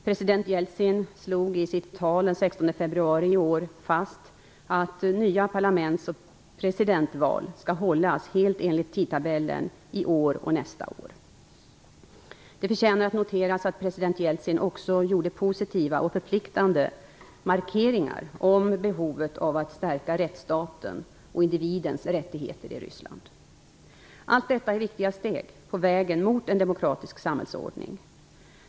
President Jeltsin slog i sitt tal den 16 februari i år fast att nya parlaments och presidentval skall hållas helt enligt tidtabellen i år och nästa år. Det förtjänar att noteras att president Jeltsin också gjorde positiva och förpliktande markeringar om behovet av att stärka rättsstaten och individens rättigheter i Ryssland. Allt detta är viktiga steg på vägen mot en demokratisk samhällsordning.